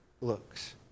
looks